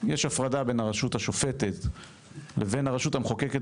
יש הפרדה בין הרשות השופטת לבין הרשות המחוקקת